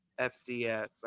FCS